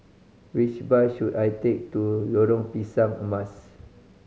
which bus should I take to Lorong Pisang Emas